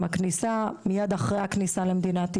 הכניסה מיד אחרי הכניסה למדינת ישראל,